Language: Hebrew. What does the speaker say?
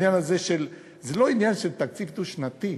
זה לא עניין של תקציב דו-שנתי.